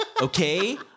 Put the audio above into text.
Okay